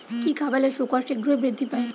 কি খাবালে শুকর শিঘ্রই বৃদ্ধি পায়?